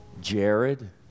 Jared